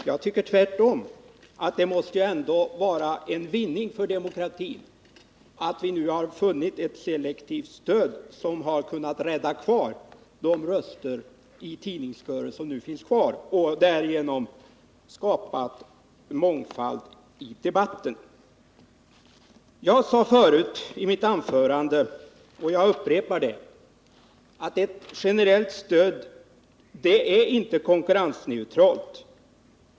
Jag tycker tvärtom att det ändå måste vara en vinning för demokratin att vi nu har funnit ett selektivt stöd, som har kunnat rädda de röster i tidningskören som nu finns kvar och därigenom kunnat skapa en viss mångfald i debatten. I mitt förra anförande sade jag — och jag upprepar det — att ett generellt stöd inte är konkurrensneutralt.